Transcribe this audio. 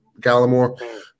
Gallimore